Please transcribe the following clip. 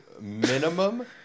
minimum